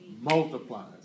multiplies